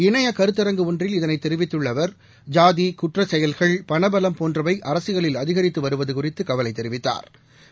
இணைய கருத்தரங்கு ஒன்றில் இதனைத் தெிவித்துள்ள அவர்ஜாதி குற்ற செயல்கள் பணபலம் போன்றவை அரசியலில் அதிகரித்து வருவது குறிதது கவலை தெரிவித்தாா்